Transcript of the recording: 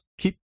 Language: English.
keep